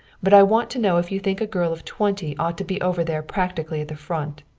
but i want to know if you think a girl of twenty ought to be over there practically at the front,